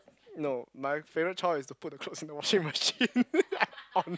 no my favourite chore is to put the clothes in the washing machine on